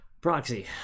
Proxy